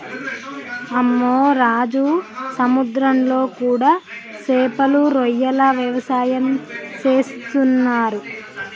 అమ్మె రాజు సముద్రంలో కూడా సేపలు రొయ్యల వ్యవసాయం సేసేస్తున్నరు